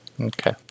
Okay